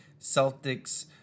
Celtics